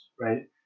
right